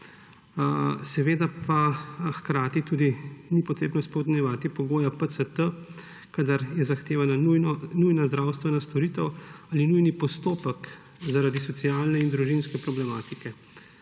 prometom. Hkrati tudi ni potrebno izpolnjevati pogoja PCT, kadar je zahtevana nujna zdravstvena storitev ali nujni postopek zaradi socialne in družinske problematike.